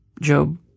Job